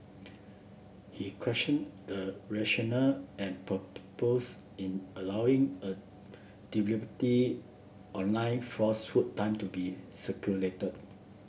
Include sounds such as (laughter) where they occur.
he question the rationale and (unintelligible) in allowing a (unintelligible) online falsehood time to be circulated